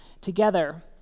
together